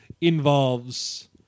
involves